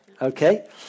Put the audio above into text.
Okay